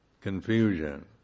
confusion